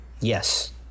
Yes